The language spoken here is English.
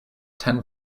ten